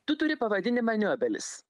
tu turi pavadinimą niobelis